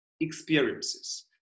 experiences